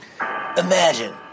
Imagine